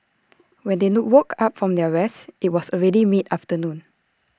when they woke up from their rest IT was already mid afternoon